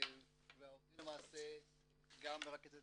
והעובדים למעשה גם מרכזת